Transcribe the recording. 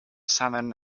salmon